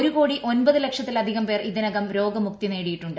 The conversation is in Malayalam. ഒരു കോടി ഒമ്പത് ലക്ഷത്തിലധികം പേർ ഇതി നകം രോഗമുക്തി നേടിയിട്ടുണ്ട്